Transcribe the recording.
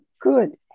good